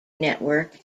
network